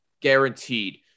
guaranteed